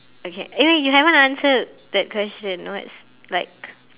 okay eh you haven't answered the question what's like